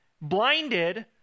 blinded